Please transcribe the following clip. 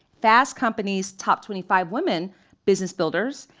fast company's top twenty five women business build ers,